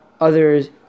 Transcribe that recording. others